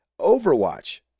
Overwatch